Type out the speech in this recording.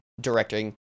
directing